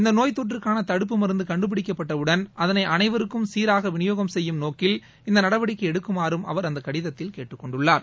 இந்த நோய் தொற்றுக்கான தடுப்பு மருந்து கண்டுபிடிக்கப்பட்டவுடன் அதனை அனைவருக்கும் சீராக விநியோகம் செய்யும் நோக்கில் இந்த நடவடிக்கை எடுக்குமாறும் அவர் அந்த கடிதத்தில் கேட்டுக்கொண்டுள்ளார்